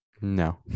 No